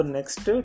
Next